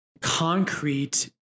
concrete